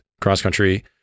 cross-country